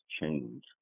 change